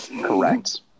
Correct